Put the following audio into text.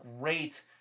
great –